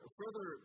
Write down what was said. further